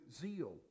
zeal